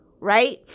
right